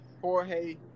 Jorge